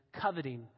coveting